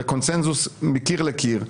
בקונצנזוס מקיר לקיר,